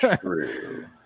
true